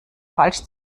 falsch